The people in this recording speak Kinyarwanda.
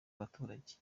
abaturage